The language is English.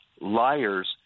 liars